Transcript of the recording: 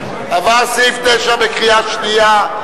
בקריאה שנייה,